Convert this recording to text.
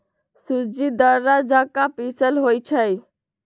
सूज़्ज़ी दर्रा जका पिसल होइ छइ